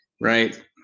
right